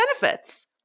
benefits